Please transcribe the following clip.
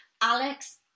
Alex